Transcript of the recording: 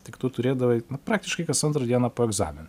tik tu turėdavai praktiškai kas antrą dieną po egzaminą